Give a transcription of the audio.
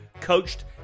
coached